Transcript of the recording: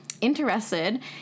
interested